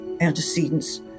antecedents